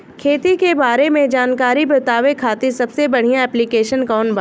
खेती के बारे में जानकारी बतावे खातिर सबसे बढ़िया ऐप्लिकेशन कौन बा?